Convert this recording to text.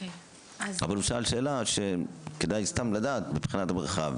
אבל הוא שאל שאלה שכדאי סתם לדעת, מבחינת הדרכה.